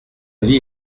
vie